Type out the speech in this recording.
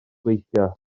gweithio